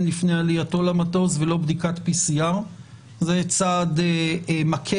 לפני עלייתו למטוס ולא בדיקת PCR. זה צעד מקל,